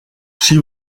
she